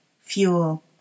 fuel